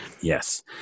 Yes